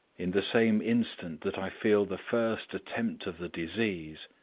in the same instant that i feel the first attempt of the disease,